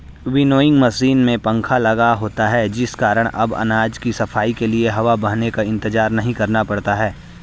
winnowing machine में पंखा लगा होता है जिस कारण अब अनाज की सफाई के लिए हवा बहने का इंतजार नहीं करना पड़ता है